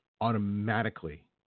automatically